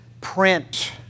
print